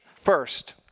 First